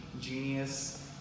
genius